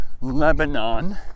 Lebanon